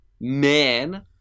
Man